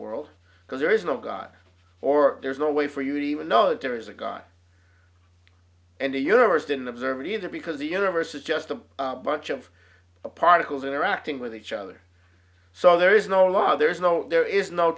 world because there is no god or there's no way for you to even know that there is a god and the universe didn't observe it either because the universe is just a bunch of particles interacting with each other so there is no law there is no there is no